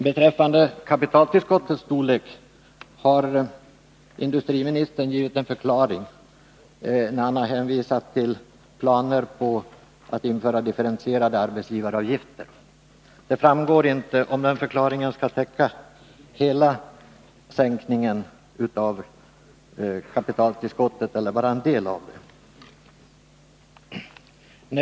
Beträffande kapitaltillskottets storlek har industriministern gett en förklaring, när han har hänvisat till planer på att införa differentierade arbetsgivaravgifter. Det framgår inte om den förklaringen skall täcka hela sänkningen av kapitaltillskottet eller bara en del av denna.